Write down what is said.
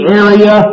area